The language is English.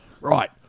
right